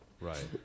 Right